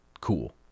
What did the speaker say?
cool